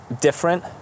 different